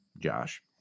Josh